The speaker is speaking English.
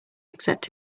except